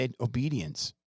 obedience